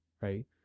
right